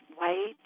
white